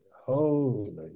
holy